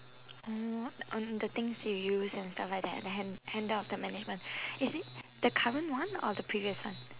um the things you use and stuff like that ah the hand~ handle of the management is it the current one or the previous one